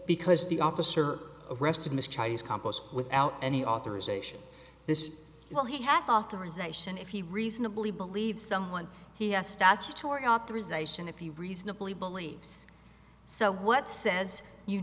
because the officer arrested miss chinese compost without any authorization this is well he has authorization if he reasonably believes someone he has statutory authorization if you reasonably believes so what says you